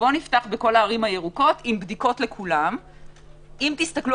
בואו נפתח בכל הערים הירוקות עם בדיקות לכולם - אם תסתכלו